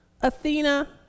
Athena